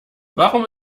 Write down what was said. warum